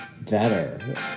Better